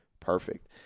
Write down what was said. perfect